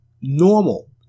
normal